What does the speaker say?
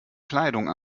kleidung